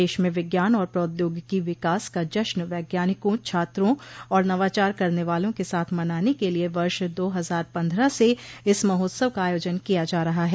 देश में विज्ञान और प्रौद्योगिकी विकास का जश्न वैज्ञानिकों छात्रों और नवाचार करने वालों के साथ मनाने के लिये वर्ष दो हजार पन्द्रह से इस महोत्सव का आयोजन किया जा रहा है